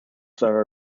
their